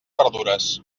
verdures